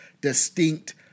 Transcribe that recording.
distinct